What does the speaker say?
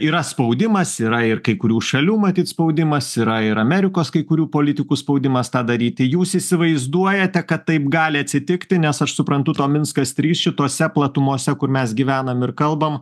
yra spaudimas yra ir kai kurių šalių matyt spaudimas yra ir amerikos kai kurių politikų spaudimas tą daryti jūs įsivaizduojate kad taip gali atsitikti nes aš suprantu to minskas trys šitose platumose kur mes gyvenam ir kalbam